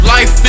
Life